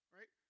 Right